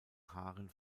haaren